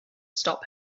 stop